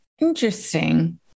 Interesting